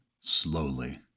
slowly